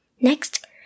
Next